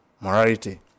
morality